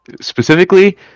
Specifically